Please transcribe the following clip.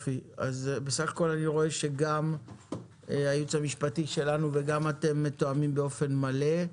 בסך הכול אני רואה שגם הייעוץ המשפטי שלנו וגם אתם מתואמים באופן מלא.